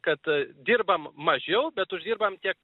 kad dirbam mažiau bet uždirbam tiek